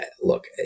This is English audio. look